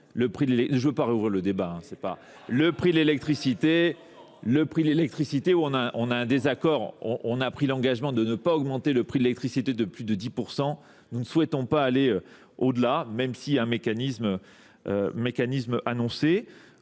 Le prix de l'électricité, le prix de l'électricité où on a un désaccord, on a pris l'engagement de ne pas augmenter le prix de l'électricité de plus de 10%, nous ne souhaitons pas aller au-delà, même s'il y a un mécanisme annoncé.